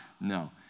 No